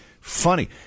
funny